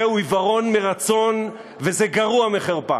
זהו עיוורון מרצון וזה גרוע מחרפה.